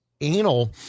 anal